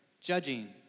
judging